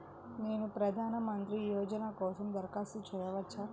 నేను ప్రధాన మంత్రి యోజన కోసం దరఖాస్తు చేయవచ్చా?